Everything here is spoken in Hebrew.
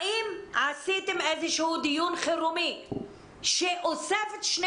האם קיימתם איזשהו דיון חירום שאוסף את שני